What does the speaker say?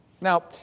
now